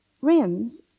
Rims